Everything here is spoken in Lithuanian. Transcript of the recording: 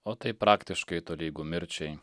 o tai praktiškai tolygu mirčiai